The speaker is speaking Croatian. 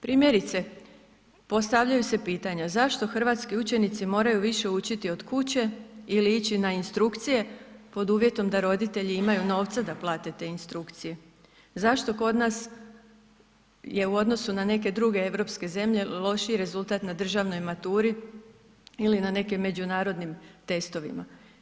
Primjerice, postavljaju se pitanja zašto hrvatski učenici moraju više učiti od kuće ili ići na instrukcije pod uvjetom da roditelji imaju novca da plate te instrukcije, zašto kod nas je u odnosu na neke druge europske zemlje lošiji rezultat na državnoj maturi ili na nekim međunarodnim testovima?